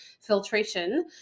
Filtration